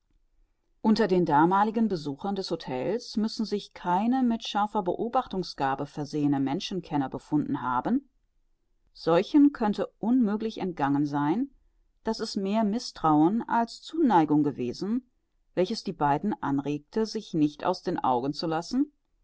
unter den damaligen besuchern des htels müssen sich keine mit scharfer beobachtungsgabe versehene menschenkenner befunden haben solchen könnte unmöglich entgangen sein daß es mehr mißtrauen als zuneigung gewesen welches die beiden anregte sich nicht aus den augen zu lassen